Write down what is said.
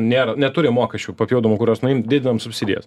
nėra neturim mokesčių papildomų kuriuos nuimt didinam subsidijas